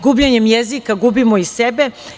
Gubljenjem jezika gubimo i sebe.